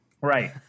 Right